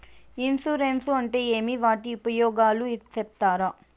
Insurance అంటే ఏమి? వాటి ఉపయోగాలు సెప్తారా?